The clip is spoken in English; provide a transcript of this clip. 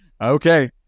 okay